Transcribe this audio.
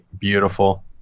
beautiful